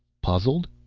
puzzled?